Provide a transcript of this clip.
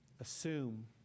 assume